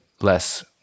less